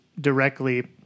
directly